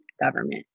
government